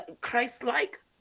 Christ-like